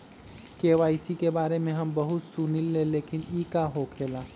KYC के बारे में हम बहुत सुनीले लेकिन इ का होखेला?